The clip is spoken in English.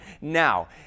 now